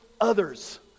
others